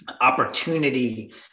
opportunity